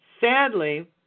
Sadly